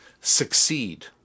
succeed